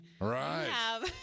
Right